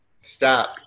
stop